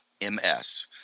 ms